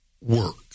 work